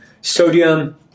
sodium